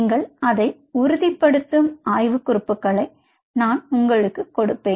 நீங்கள் அதை உறுதிப்படுத்தும் ஆய்வு குறிப்புகளை நான் உங்களுக்குக் கொடுப்பேன்